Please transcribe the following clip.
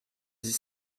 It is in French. dix